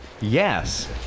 Yes